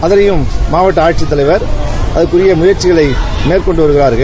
அதனையும் மாவட்ட அட்சித்தலைவர் அதற்கரிய முயற்சிகளை மேற்கொண்டு வருகிறார்கள்